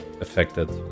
affected